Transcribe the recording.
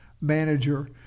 manager